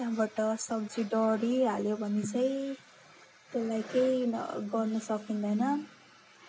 त्यहाँबाट सब्जी डढिहाल्यो भने चाहिँ त्यसलाई केही गर्न सकिँदैन